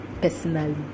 personally